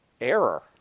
error